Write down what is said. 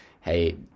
Hey